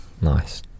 nice